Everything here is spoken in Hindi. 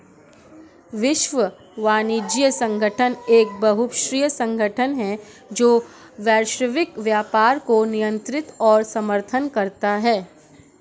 विश्व वाणिज्य संगठन एक बहुपक्षीय संगठन है जो वैश्विक व्यापार को नियंत्रित और समर्थन करता है